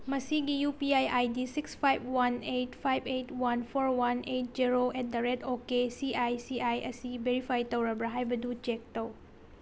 ꯃꯁꯤꯒꯤ U P I I D six five one eight five eight one four one eight zero at the rate okay C I C I ꯑꯁꯤ verify ꯇꯧꯔꯕ꯭ꯔ ꯍꯥꯏꯕꯗꯨ check ꯇꯧ